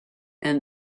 and